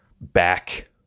back